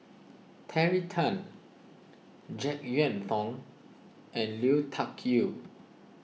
Terry Tan Jek Yeun Thong and Lui Tuck Yew